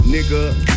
Nigga